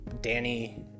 Danny